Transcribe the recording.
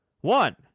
One